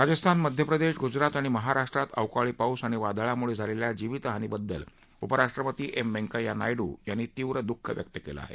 राजस्थान मध्यप्रदेश गुजरात आणि महाराष्ट्रात अवकाळी पाऊस आणि वादळामुळे झालेल्या जीवितहानीबद्दल उपराष्ट्रपती एम व्यंकय्या नायडू यांनी तीव्र दुःख व्यक्त केलं आहे